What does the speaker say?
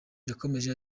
yakomeje